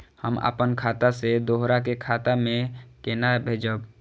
हम आपन खाता से दोहरा के खाता में केना भेजब?